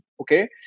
Okay